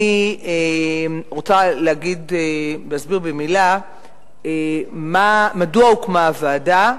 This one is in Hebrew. אני רוצה להסביר במלה מדוע הוקמה הוועדה.